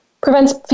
prevents